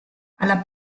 alla